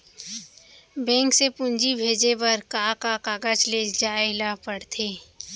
Bank से पूंजी भेजे बर का का कागज ले जाये ल पड़थे?